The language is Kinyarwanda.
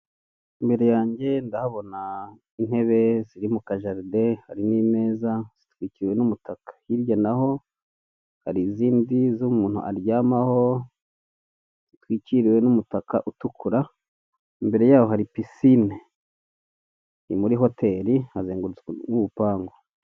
Imbere yanjye ndahabona intebe ziri mu ka jaride, hari n'imeza zitwikiriwe n'umutaka. Hirya naho hari izindi zo umuntu aryamaho zitwikiriwe n'umutaka utukura. Imbere yaho hari pisine, ni muri hoteli hazengurutswe n'urupangu.